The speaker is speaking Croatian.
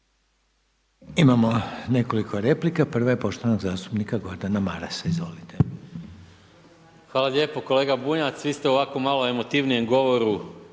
Imamo nekoliko replika. Prva je poštovanog zastupnika Gordana Marasa. Izvolite. **Maras, Gordan (SDP)** Hvala lijepo. Kolega Bunjac vi ste u ovako malo emotivnijem govoru